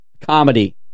Comedy